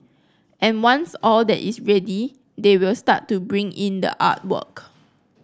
and once all that is ready they will start to bring in the artwork